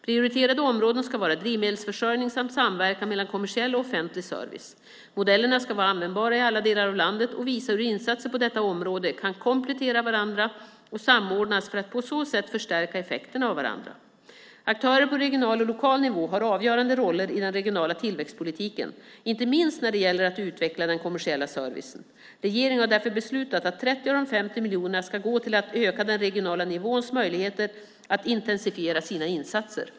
Prioriterade områden ska vara drivmedelsförsörjning samt samverkan mellan kommersiell och offentlig service. Modellerna ska vara användbara i alla delar av landet och visa hur insatser på detta område kan komplettera varandra och samordnas för att på så sätt förstärka effekterna av varandra. Aktörer på regional och lokal nivå har avgörande roller i den regionala tillväxtpolitiken, inte minst när det gäller att utveckla den kommersiella servicen. Regeringen har därför beslutat att 30 av de 50 miljonerna ska gå till att öka den regionala nivåns möjligheter att intensifiera sina insatser.